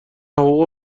حقوق